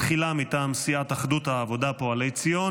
בתחילה מטעם סיעת אחדות העבודה, פועלי ציון